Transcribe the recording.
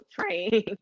Train